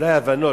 אולי הבנות.